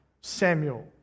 Samuel